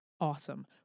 awesome